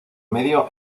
medio